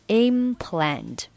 implant